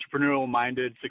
entrepreneurial-minded